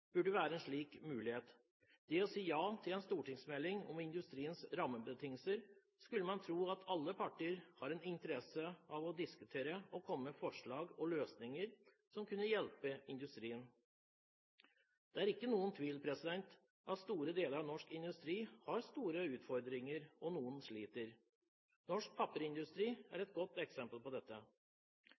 burde være en slik mulighet. En stortingsmelding om industriens rammebetingelser skulle man tro at alle partier hadde en interesse av, for å diskutere og komme med forslag og løsninger som kunne hjelpe industrien. Det er ingen tvil om at store deler av norsk industri har store utfordringer, og noen sliter. Norsk papirindustri er et godt eksempel på dette.